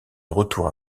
retour